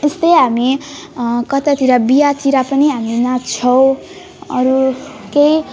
यस्तै हामी कतातिर बिहातिर पनि हामी नाच्छौँ अरू केही